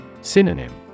Synonym